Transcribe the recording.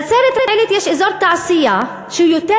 בנצרת-עילית יש אזור תעשייה שהוא יותר